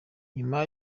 nyuma